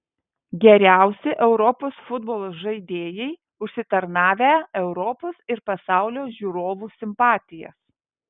geriausi europos futbolo žaidėjai užsitarnavę europos ir pasaulio žiūrovų simpatijas